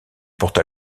porta